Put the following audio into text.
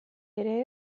ere